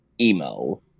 emo